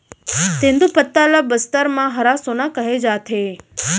तेंदूपत्ता ल बस्तर म हरा सोना कहे जाथे